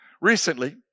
Recently